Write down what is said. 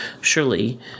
surely